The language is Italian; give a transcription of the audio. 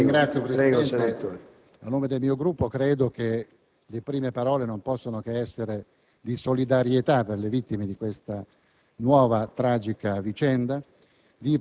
Signor Presidente, a nome del mio Gruppo, credo che le prime parole non possano che essere di solidarietà per le vittime di questa nuova, tragica vicenda,